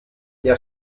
der